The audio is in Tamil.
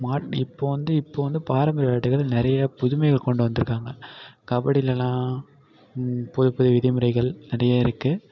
மாட்டி இப்போ வந்து இப்போ வந்து பாரம்பரிய விளையாட்டுகளில் நிறைய புதுமைகள் கொண்டு வந்துருக்காங்க கபடிலலாம் புதுப்புது விதிமுறைகள் நிறைய இருக்குது